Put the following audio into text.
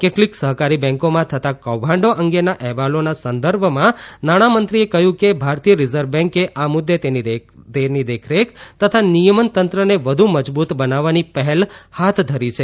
કેટલીક સહકારી બેંકોમાં થતા કૌભાંડો અંગેના અહેવાલોના સંદર્ભમાં નાણામંત્રીએ કહ્યું કે ભારતીય રિઝર્વ બેંકે આ મુદ્દે તેની દેખરેખ તથા નિયમન તંત્રને વધુ મજબૂત બનાવવાની પહેલ હાથ ધરી છે